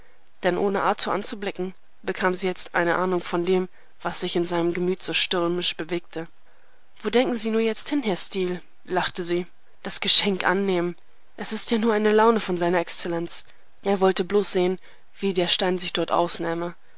denn ohne arthur anzublicken bekam sie jetzt eine ahnung von dem was sich in seinem gemüt so stürmisch bewegte wo denken sie nur hin herr steel lachte sie das geschenk annehmen es ist ja nur eine laune von seiner exzellenz er wollte bloß sehen wie der stein sich dort ausnähme